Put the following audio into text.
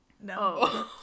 no